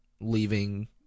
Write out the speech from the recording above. leaving